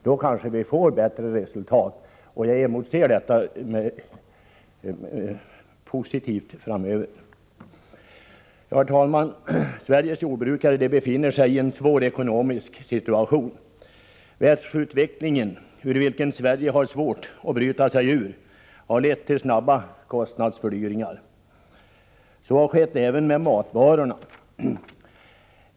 Då kanske vi får bättre resultat framöver. Herr talman! Sveriges jordbrukare befinner sig i en svår ekonomisk situation. Världsutvecklingen, som Sverige har svårt att bryta sig ur, har lett till snabba kostnadsfördyringar. Så har skett även med matvarorna.